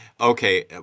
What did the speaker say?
Okay